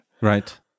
Right